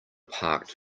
parked